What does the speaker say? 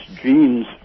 genes